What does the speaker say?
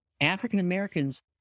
African-Americans